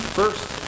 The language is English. first